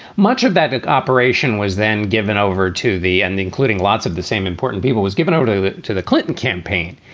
much of that operation was then given over to the and including lots of the same important people was given over to to the clinton campaign.